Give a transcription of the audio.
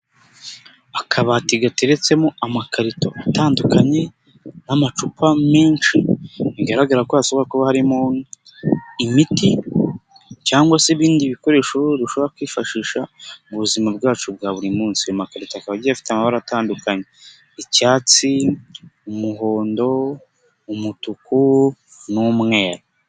Akabati gateretsemo amakarito atandukanye n'amacupa menshi bigaragara ko hashobora kuba harimo imiti cyangwa se ibindi bikoresho dushobora kwifashisha mu buzima bwacu bwa buri munsi, amakarito akaba agiye afite amabara atandukanye: icyatsi, umuhondo, umutuku n'umweru.